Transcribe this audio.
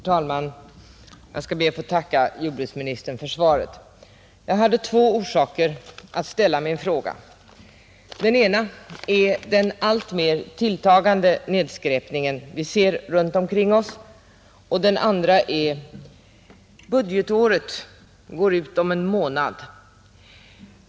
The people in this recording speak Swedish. Herr talman! Jag ber att få tacka jordbruksministern för svaret. Jag hade två orsaker att ställa min fråga. Den ena är den alltmer tilltagande nedskräpning som vi ser runt omkring oss, och den andra är att budgetåret går ut om en månad.